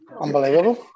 Unbelievable